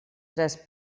tres